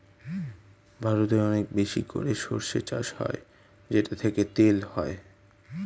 ভারতে অনেক বেশি করে সরষে চাষ হয় যেটা থেকে তেল হয়